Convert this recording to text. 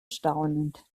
staunend